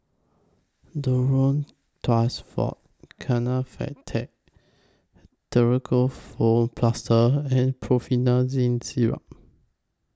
Duro Tuss Forte Kefentech Ketoprofen Plaster and Promethazine Syrup